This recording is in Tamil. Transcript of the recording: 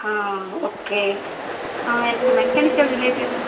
ஆ ஓகே எனக்கு மெக்கானிக்கல் ரிலேட்டடாக